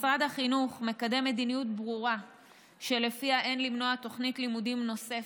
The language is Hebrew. משרד החינוך מקדם מדיניות ברורה שלפיה אין למנוע תוכנית לימודים נוספת,